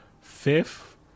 fifth